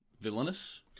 villainous